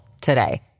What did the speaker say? today